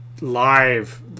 live